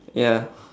ya